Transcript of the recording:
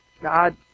God